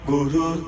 Guru